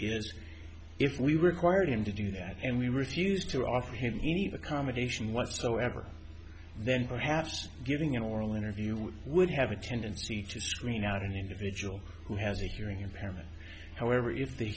is if we require him to do that and we refuse to offer him any of the combination whatsoever then perhaps giving an oral interview we would have a tendency to screen out an individual who has a hearing impairment however if the